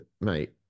mate